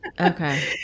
Okay